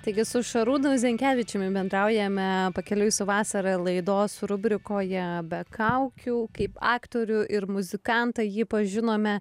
taigi su šarūnu zenkevičiumi bendraujame pakeliui su vasara laidos rubrikoje be kaukių kaip aktorių ir muzikantą jį pažinome